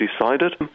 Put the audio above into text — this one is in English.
decided